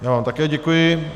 Já vám také děkuji.